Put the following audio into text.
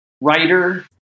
writer